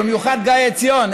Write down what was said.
ובמיוחד גיא עציון,